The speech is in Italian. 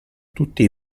tutti